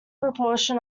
proportion